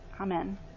amen